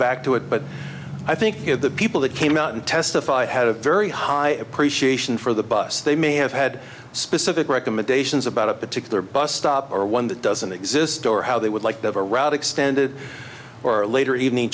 back to it but i think the people that came out and testify had a very high appreciation for the bus they may have had specific recommendations about a particular bus stop or one that doesn't exist or how they would like to have a route extended or